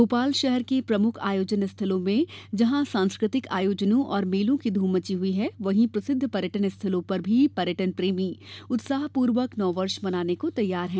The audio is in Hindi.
भोपाल शहर के प्रमुख आयोजन स्थलों में जहां सांस्कृतिक आयोजनों और मेलों की धूम मची हुई है वहीं प्रसिद्ध पर्यटन स्थलों पर भी पर्यटन प्रेमी उत्साहपूर्वक नववर्ष मनाने को तैयार है